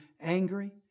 angry